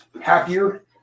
happier